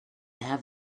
have